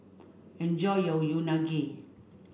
enjoy your Unagi